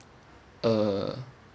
uh